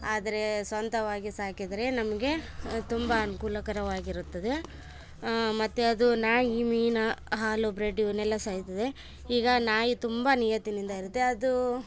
ಆದರೆ ಸ್ವಂತವಾಗಿ ಸಾಕಿದರೆ ನಮಗೆ ತುಂಬ ಅನುಕೂಲಕರವಾಗಿರುತ್ತದೆ ಮತ್ತೆ ಅದು ನಾಯಿ ಮೀನು ಹಾಲು ಬ್ರೆಡ್ಡು ಇವನ್ನೆಲ್ಲ ಈಗ ನಾಯಿ ತುಂಬ ನಿಯತ್ತಿನಿಂದ ಇರುತ್ತೆ ಅದು